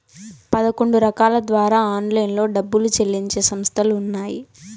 పదకొండు రకాల ద్వారా ఆన్లైన్లో డబ్బులు చెల్లించే సంస్థలు ఉన్నాయి